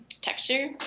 texture